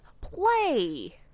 Play